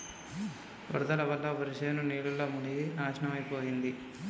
వరదల వల్ల వరిశేను నీళ్లల్ల మునిగి నాశనమైపోయింది